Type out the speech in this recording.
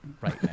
Right